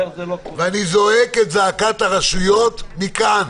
ואני זועק את זעקת רשויות מכאן.